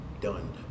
Done